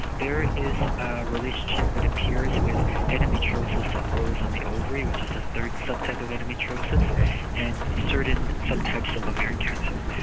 there is a relationship that appears with endometriosis that grows on the ovary, which is the third subtype of endometriosis and certain subtypes of ovarian cancer.